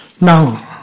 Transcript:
Now